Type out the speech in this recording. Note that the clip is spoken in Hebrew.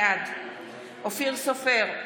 בעד אופיר סופר,